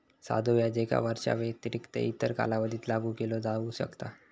साधो व्याज एका वर्षाव्यतिरिक्त इतर कालावधीत लागू केला जाऊ शकता